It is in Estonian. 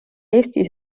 eesti